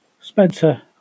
spencer